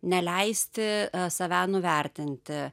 neleisti save nuvertinti